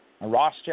Ross